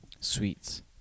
sweets